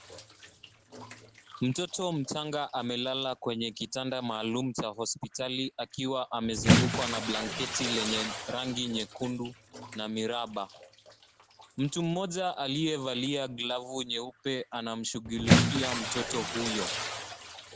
Mtoto mchanga amelala kwenye kitanda maalum cha hospitali akiwa amezungukwa na blanketi lenye rangi nyekundu na miraba. Mtu mmoja aliyevalia glavu nyeupe anamshughulikia mtoto huyo.